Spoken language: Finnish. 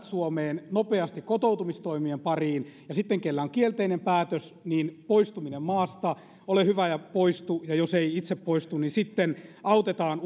suomeen nopeasti kotoutumistoimien pariin ja sitten kenellä on kielteinen päätös niin poistuminen maasta ole hyvä ja poistu ja jos ei itse poistu niin sitten autetaan